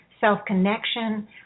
self-connection